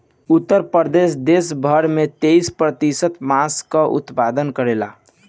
उत्तर प्रदेश देस भर कअ तेईस प्रतिशत मांस कअ उत्पादन करेला